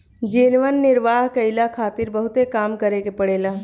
जीवन निर्वाह कईला खारित बहुते काम करे के पड़ेला